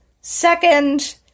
Second